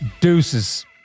Deuces